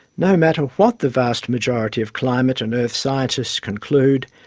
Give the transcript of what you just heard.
no matter what the vast majority of climate and earth scientists conclude,